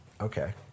Okay